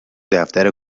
دفتر